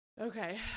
Okay